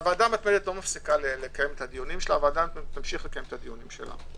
הוועדה המתמדת תמשיך לקיים את דיוניה.